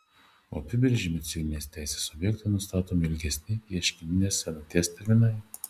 apibrėžiami civilinės teisės objektai nustatomi ilgesni ieškininės senaties terminai